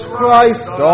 Christ